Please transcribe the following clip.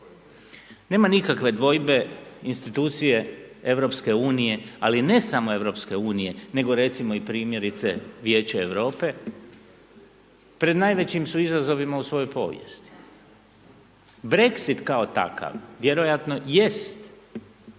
Nema nikakve dvojbe, institucije Europske unije, ali ne samo Europske unije, nego recimo i primjerice Vijeće Europe, su pred najvećim izazovima u svojoj povijesti. Brexit kao takav, vjerojatno jest